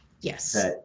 Yes